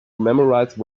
memorize